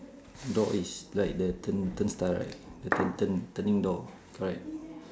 door is like the turn turnstile right the turn turn turning door correct